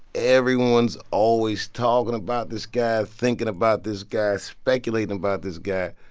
everyone's always talking about this guy, thinking about this guy, speculating about this guy.